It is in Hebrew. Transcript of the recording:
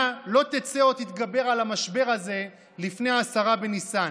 לא תצא או תתגבר על המשבר הזה לפני עשרה בניסן,